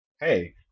hey